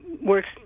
works